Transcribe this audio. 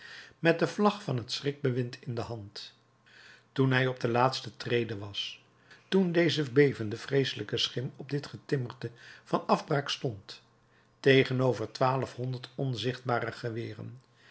met de vlag van het schrikbewind in de hand toen hij op de laatste trede was toen deze bevende vreeselijke schim op dit getimmerte van afbraak stond tegenover twaalfhonderd onzichtbare geweren